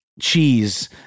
cheese